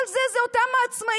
כל זה זה אותם העצמאים,